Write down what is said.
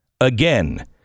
Again